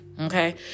okay